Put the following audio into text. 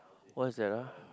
what's that ah